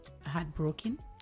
heartbroken